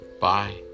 Bye